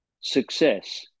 success